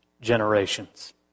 generations